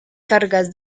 cargas